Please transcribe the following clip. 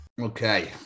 Okay